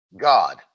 God